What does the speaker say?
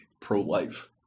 pro-life